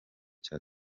cya